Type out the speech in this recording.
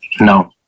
No